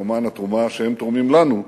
וכמובן התרומה שהם תורמים לנו,